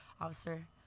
officer